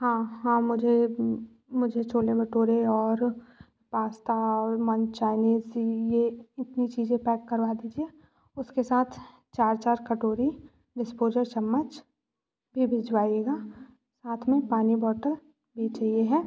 हाँ हाँ मुझे मुझे छोले भटोरे और पास्ता और मंच चाइनीज़ सी ये इतनी चीज़ें पैक करवा दीजिए उसके साथ चार चार कटोरी डिस्पोजर चम्मच भी भिजवाइएगा साथ में पानी बोटल भी चाहिए है